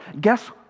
Guess